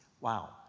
Wow